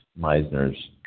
Meisner's